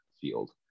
field